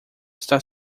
está